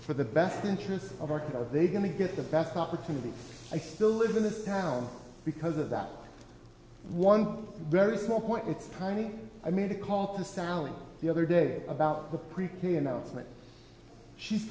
for the best interests of arc are they going to get the best opportunity i still live in this town because of that one very small point it's tiny i made a call to sally the other day about the prepare announcement she's